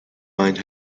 mind